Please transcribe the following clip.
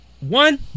one